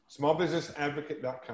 Smallbusinessadvocate.com